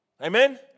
Amen